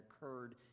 occurred